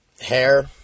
Hair